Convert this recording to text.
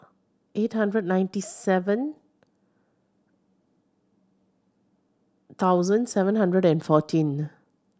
eight hundred ninety seven thousand seven hundred and fourteen